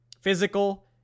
physical